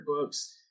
books